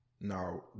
Now